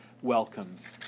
Welcomes